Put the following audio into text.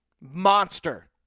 monster